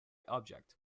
object